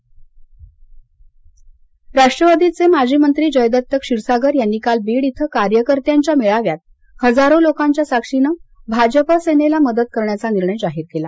बीड राष्ट्रवादीचे माजी मंत्री जयदत्त क्षीरसागर यांनी काल बीड इथं कार्यकर्त्यांच्या मेळाव्यात हजारो लोंकांच्या साक्षीनं भाजप सेनेला मदत करण्याचा निर्णय जाहीर केला